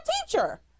teacher